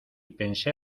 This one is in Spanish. pensé